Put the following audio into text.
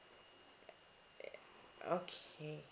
uh uh okay